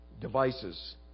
devices